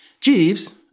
Jeeves